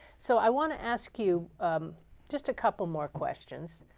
so i want to ask you just a couple more questions.